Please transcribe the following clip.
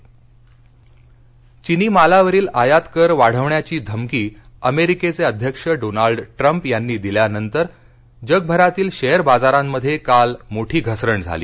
share चीनी मालावरील आयात कर वाढविण्याची धमकी अमेरिकेचे अध्यक्ष डोनाल्ड ट्रंप यांनी दिल्यानंतर जगभरातील शेअर बाजारांमध्ये काल मोठी घसरण झाली